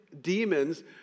demons